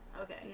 okay